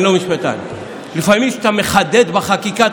אני לא משפטן: לפעמים כשאתה מחדד בחקיקה,